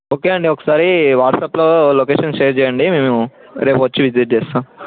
okay అండీ ఒకసారి వాట్సప్లో లొకేషన్ షేర్ చేయండి మేము రేపు వచ్చి విజిట్ చేస్తాం